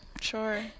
sure